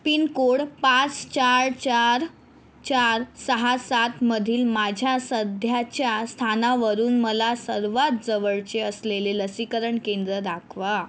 pin code पाच चार चार चार सहा सात मधील माझ्या सध्याच्या स्थानावरून मला सर्वात जवळचे असलेले लसीकरण केंद्र दाखवा